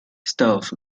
estados